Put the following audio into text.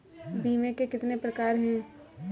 बीमे के कितने प्रकार हैं?